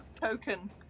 token